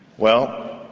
well,